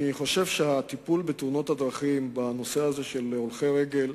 אני חושב שהטיפול בתאונות הדרכים בנושא הזה של הולכי-רגל,